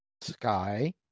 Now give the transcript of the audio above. Sky